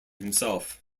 himself